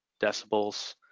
decibels